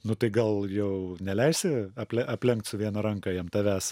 nu tai gal jau neleisi aple aplenkt su viena ranka jam tavęs